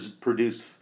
produced